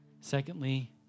Secondly